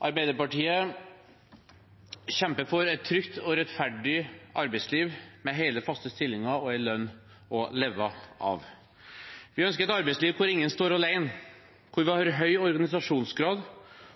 Arbeiderpartiet kjemper for et trygt og rettferdig arbeidsliv med hele, faste stillinger og en lønn å leve av. Vi ønsker et arbeidsliv hvor ingen står alene, hvor vi har høy organisasjonsgrad,